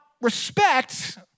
respect